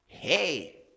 Hey